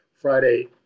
Friday